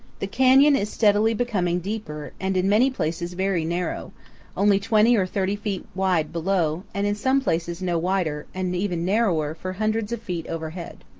the canyon is steadily becoming deeper and in many places very narrow only twenty or thirty feet wide below, and in some places no wider, and even narrower, for hundreds of feet overhead.